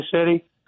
city